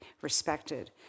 respected